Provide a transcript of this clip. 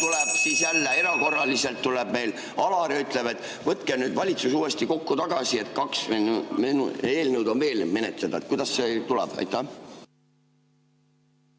siis jälle erakorraliselt tuleb meil Alar ja ütleb, et võtke nüüd valitsus uuesti kokku tagasi, kaks eelnõu on veel menetleda? Kuidas see tuleb? Aitäh!